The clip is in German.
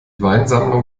weinsammlung